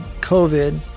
COVID